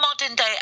modern-day